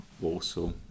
Warsaw